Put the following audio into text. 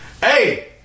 Hey